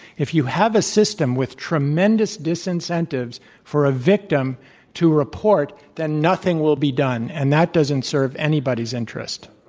if you have a system with tremendous disincentives for a victim to report, then nothing will be done. and that doesn't serve anybody's interests.